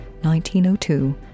1902